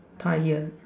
tyre